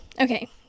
okay